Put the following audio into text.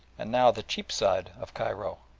and now the cheapside of cairo.